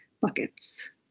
buckets